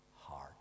heart